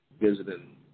visiting